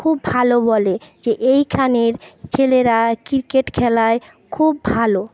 খুব ভালো বলে যে এইখানের ছেলেরা ক্রিকেট খেলায় খুব ভালো